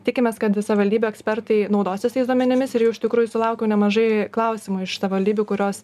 tikimės kad savivaldybių ekspertai naudosis tais duomenimis ir jau iš tikrųjų sulaukiau nemažai klausimų iš savivaldybių kurios